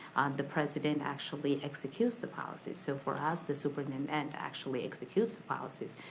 the president actually executes the policies, so for us the superintendent and actually executes the policies.